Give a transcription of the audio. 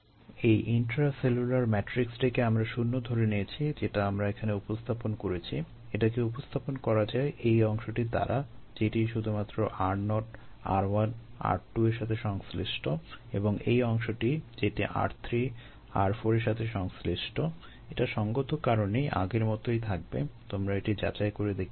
এই ইন্ট্রাসেলুলার মেট্রিক্সটিকে আমরা শূণ্য ধরে নিয়েছি যেটা আমরা এখানে উপস্থাপন করেছি এটাকে উপস্থাপন করা যায় এই অংশটি দ্বারা যেটি শুধুমাত্র r0 r1 r2 এর সাথে সংশ্লিষ্ট এবং এই অংশটি যেটি r3 r4 এর সাথে সংশ্লিষ্ট এটা সঙ্গত কারণেই আগের মতোই থাকবে তোমরা এটি যাচাই করে দেখতে পারো